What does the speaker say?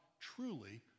truly